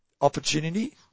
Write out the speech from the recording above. Opportunity